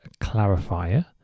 clarifier